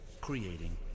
creating